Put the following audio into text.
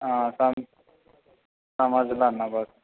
अँ समझला ने बस